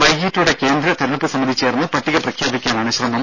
വൈകീട്ടോടെ കേന്ദ്ര തിരഞ്ഞെടുപ്പ് സമിതി ചേർന്ന് പട്ടിക പ്രഖ്യാപിക്കാനാണ് ശ്രമം